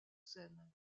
scène